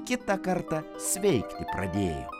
kitą kartą sveikti pradėjo